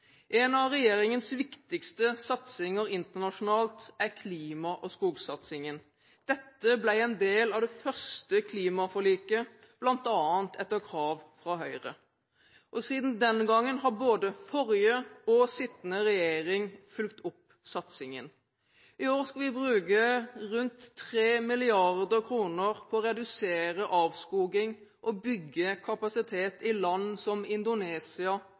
En av regjeringens viktigste satsinger internasjonalt er klima- og skogsatsingen. Dette ble en del av det første klimaforliket, bl.a. etter krav fra Høyre. Siden den gang har både forrige og sittende regjering fulgt opp satsingen. I år skal vi bruke rundt 3 mrd. kr på å redusere avskoging og bygge kapasitet i land som Indonesia,